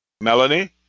Melanie